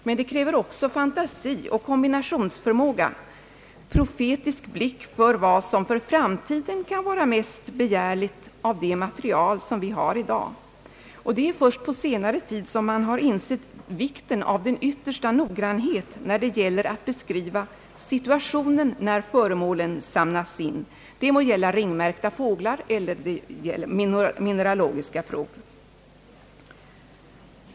Dessutom kräver det fantasi och kombinationsförmåga samt något av profetisk blick för vad som i framtiden kan vara mest begärligt av det material vi har i dag. Det är först under senare tid som man insett vikten av den yttersta noggrannhet då det gäller att beskriva situationen när föremålen samlas in — det må gälla ringmärkta fåglar eller mineralogiska prov.